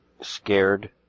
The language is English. scared